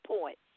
point